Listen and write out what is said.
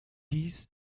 dies